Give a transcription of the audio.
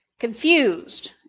Confused